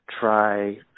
try